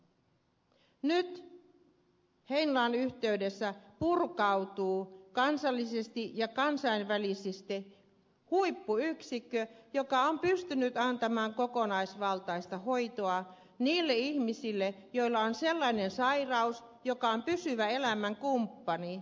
nyt heinolan yhteydessä purkautuu kansallisesti ja kansainvälisesti huippuyksikkö joka on pystynyt antamaan kokonaisvaltaista hoitoa niille ihmisille joilla on sellainen sairaus joka on pysyvä elämänkumppani